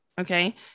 Okay